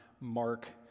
Mark